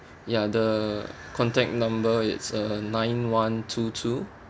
ya the contact number it's uh nine one two two